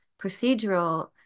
procedural